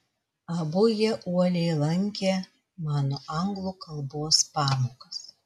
abu jie uoliai lankė mano anglų kalbos pamokas